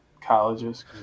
colleges